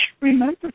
remember